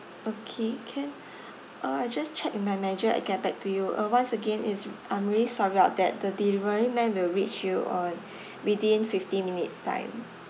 okay can uh I just check with my manager and get back to you uh once again it's I'm really sorry about that the delivery man will reach you on within fifteen minutes time